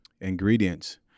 ingredients